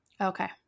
Okay